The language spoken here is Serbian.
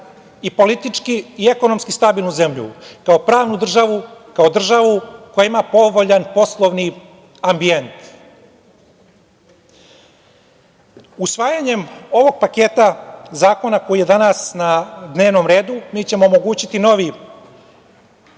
i politički i ekonomski stabilnu zemlju, kao pravnu državu, kao državu koja ima povoljan poslovni ambijent. Usvajanjem ovog paketa zakona koji je danas na dnevnom redu, mi ćemo omogućiti novi